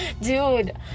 dude